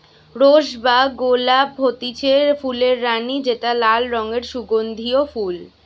rose বা গোলাপ হতিছে ফুলের রানী যেটা লাল রঙের সুগন্ধিও ফুল